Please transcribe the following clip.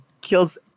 kills